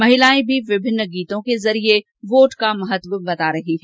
महिलाएं भी विभिन्न गीतों के जरिए वोट का महत्व समझा रही है